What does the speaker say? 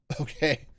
okay